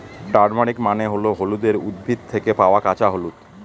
turmeric মানে হল হলুদের উদ্ভিদ থেকে পাওয়া কাঁচা হলুদ